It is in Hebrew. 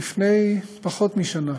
לפני פחות משנה.